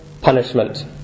punishment